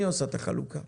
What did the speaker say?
אני עושה את החלוקה